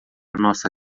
nossa